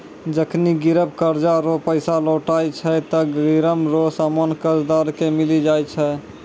जखनि गिरब कर्जा रो पैसा लौटाय छै ते गिरब रो सामान कर्जदार के मिली जाय छै